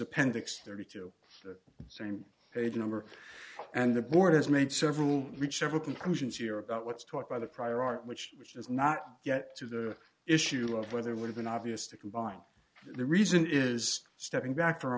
appendix thirty two the same page number and the board is made several whichever conclusions here about what's taught by the prior art which which is not yet to the issue of whether it would have been obvious to combine the reason is stepping back for a